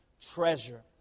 treasure